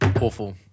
Awful